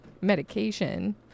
medication